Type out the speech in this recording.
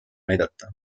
näidata